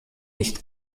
nicht